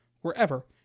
wherever